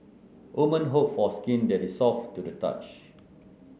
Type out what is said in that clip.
woman hope for skin that is soft to the touch